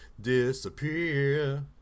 disappear